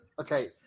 Okay